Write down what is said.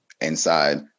inside